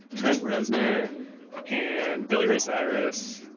trent reznor and billy ray cyrus,